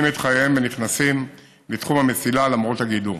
את חייהם ונכנסים לתחום המסילה למרות הגידור.